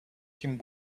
him